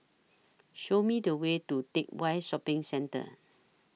Show Me The Way to Teck Whye Shopping Centre